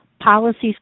Policies